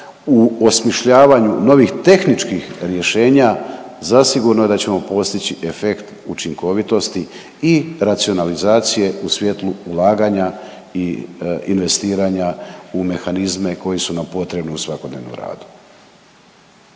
u osmišljavanju novih tehničkih rješenja zasigurno da ćemo postići efekt učinkovitosti i racionalizacije u svjetlu ulaganja i investiranja u mehanizme koji su nam potrebni u svakodnevnom radu.